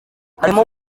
harimo